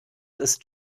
ist